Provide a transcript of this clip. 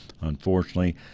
unfortunately